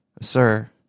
sir